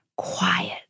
quiet